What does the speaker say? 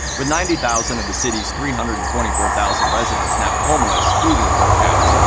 with ninety thousand of the city's three hundred and twenty four thousand residents now homeless, looting broke out.